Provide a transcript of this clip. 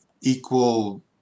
equal